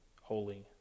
holy